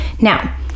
Now